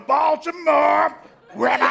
Baltimore